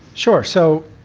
sure. so